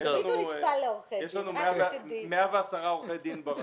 יש לנו 110 עורכי דין ברשות.